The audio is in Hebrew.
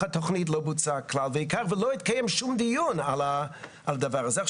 התוכנית לא בוצעו כלל ולא התקיים שום דיון על הדבר הזה.